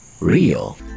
Real